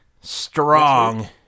strong